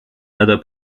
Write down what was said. other